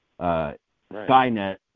Skynet